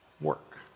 work